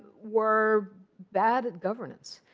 were bad governance.